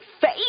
face